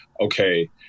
okay